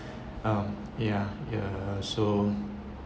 um ya ya uh so